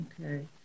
Okay